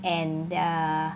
and uh